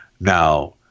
Now